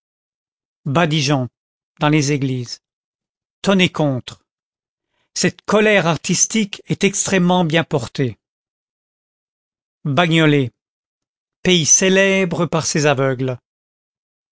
badigeon dans les églises tonner contre cette colère artistique est extrêmement bien portée bagnolet pays célèbre par ses aveugles